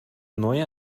neue